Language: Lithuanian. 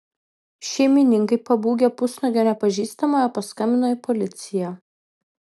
šeimininkai pabūgę pusnuogio nepažįstamojo paskambino į policiją